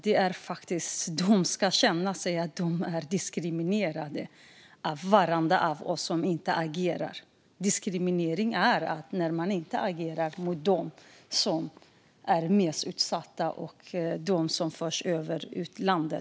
De ska faktiskt känna sig diskriminerade av varenda en av oss som inte agerar. Diskriminering är när man inte agerar gentemot dem som är mest utsatta och dem som förs ut ur landet.